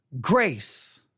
grace